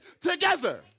together